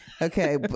Okay